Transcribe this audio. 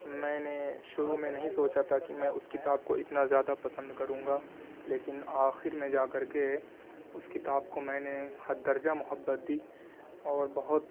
میں نے شروع میں نہیں سوچا تھا کہ میں اس کتاب کو اتنا زیادہ پسند کروں گا لیکن آخر میں جا کر کے اس کتاب کو میں نے حد درجہ محبت دی اور بہت